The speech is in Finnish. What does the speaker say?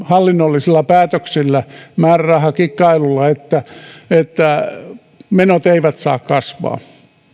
hallinnollisilla päätöksillä määrärahakikkailulla että menot eivät saa kasvaa